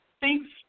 thanks